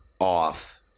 off